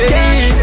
Cash